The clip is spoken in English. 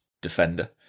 defender